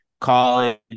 college